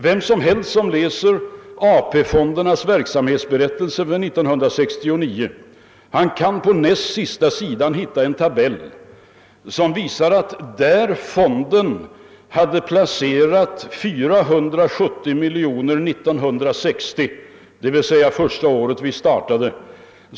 Den som läser AP-fondernas verksamhetsberättelse för 1969 kan på näst sista sidan hitta en tabell som visar att fonderna år 1960 uppgick till 470 miljoner kronor. Det var det år vi startade.